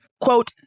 quote